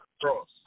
cross